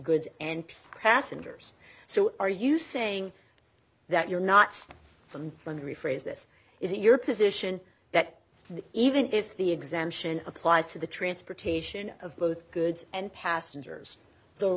goods and passengers so are you saying that you're not stopped from going to rephrase this is your position that even if the exemption applies to the transportation of both goods and passengers the